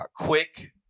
quick